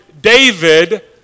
David